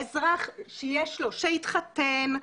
האזרח שהתחתן,